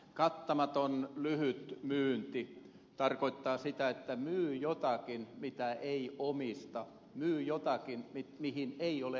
kattamaton lyhyt myynti tarkoittaa sitä että myy jotakin mitä ei omista myy jotakin mihin ei ole oikeutta